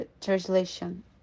translation